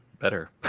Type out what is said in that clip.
better